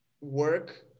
work